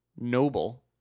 noble